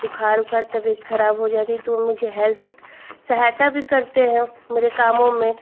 बुखार उखार तबियत खराब हो जाती तो वो मुझे हैल्प सहायता भी करते हैं मेरे कामों में